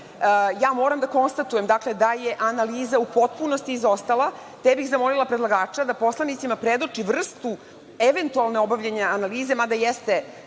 Moram da konstatujem da je analiza u potpunosti izostala, te bih zamolila predlagača da poslanicima predoči vrstu eventualnog obavljanja analize, mada jeste